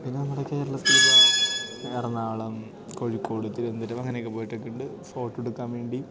പിന്നെ നമ്മുടെ കേരളത്തിലെ എറണാകുളം കോഴിക്കോട് തിരുവനന്തപുരം അങ്ങനെയൊക്കെ പോയിട്ടൊക്കെയുണ്ട് ഫോട്ടോ എടുക്കാൻ വേണ്ടി